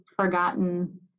forgotten